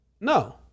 no